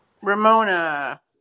Ramona